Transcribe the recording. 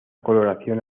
coloración